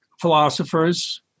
philosophers